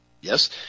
Yes